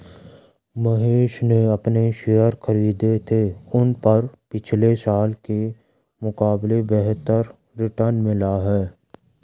महेश ने जो शेयर खरीदे थे उन पर पिछले साल के मुकाबले बेहतर रिटर्न मिला है